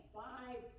five